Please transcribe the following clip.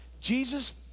Jesus